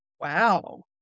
Wow